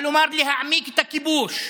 כלומר להעמיק את הכיבוש.